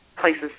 Places